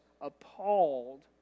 appalled